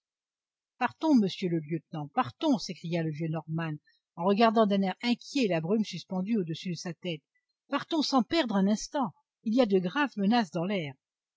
partons monsieur le lieutenant partons s'écria le vieux norman en regardant d'un air inquiet la brume suspendue au-dessus de sa tête partons sans perdre un instant il y a de graves menaces dans l'air